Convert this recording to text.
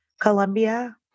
Colombia